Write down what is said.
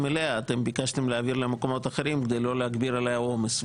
אליה אתם ביקשתם להעביר למקומות אחרים כדי לא להגביר עליה את העומס.